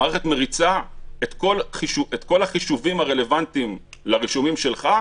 המערכת מריצה את כל החישובים הרלוונטיים לרישומים שלך,